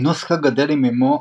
אינוסקה גדל עם אימו,